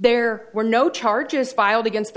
there were no charges filed against the